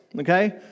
Okay